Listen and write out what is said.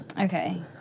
Okay